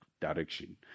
direction